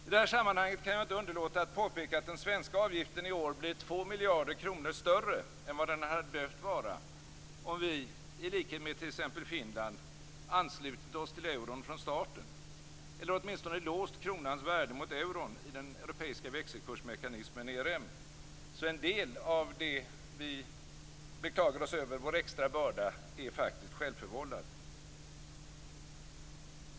I detta sammanhang kan jag inte underlåta att påpeka att den svenska avgiften i år blir 2 miljarder kronor större än vad den hade behövt vara om vi, i likhet med t.ex. Finland, anslutit oss till euron från starten eller åtminstone låst kronans värde mot euron i den europeiska växelkursmekanismen ERM. Så en del av vår extra börda är faktiskt självförvållad. Herr talman!